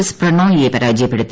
S പ്രണോയിയെ പരാജയപ്പെടുത്തി